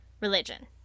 religion